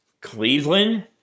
Cleveland